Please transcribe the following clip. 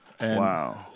Wow